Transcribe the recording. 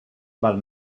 val